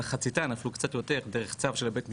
מחציתן אפילו קצת יותר דרך צו של בית המשפט,